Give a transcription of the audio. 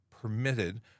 permitted